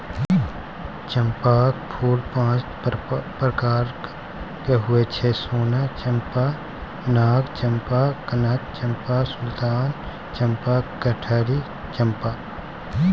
चंपाक फूल पांच प्रकारक होइ छै सोन चंपा, नाग चंपा, कनक चंपा, सुल्तान चंपा, कटहरी चंपा